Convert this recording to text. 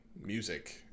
music